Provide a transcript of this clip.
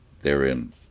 therein